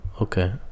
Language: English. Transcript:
Okay